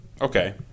okay